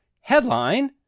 Headline